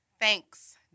Thanks